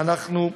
ואנחנו נמשיך.